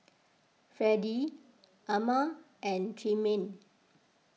Fredie Ama and Tremaine